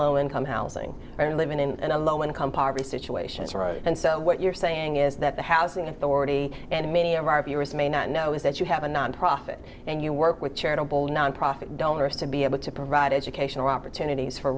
low income housing or living in a low income poverty situations right and so what you're saying is that the housing authority and many of our viewers may not know is that you have a nonprofit and you work with charitable nonprofit donors to be able to provide educational opportunities for